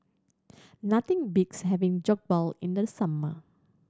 nothing beats having Jokbal in the summer